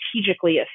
strategically